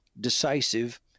decisive